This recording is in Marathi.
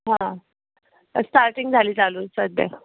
हा स्टार्टिंग झाली चालू सध्या